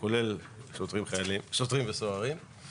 כולל שוטרים וסוהרים,